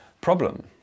problem